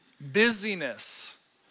Busyness